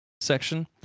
section